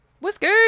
Whiskey